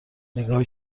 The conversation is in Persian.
نگاه